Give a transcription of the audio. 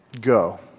go